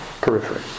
periphery